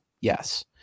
Yes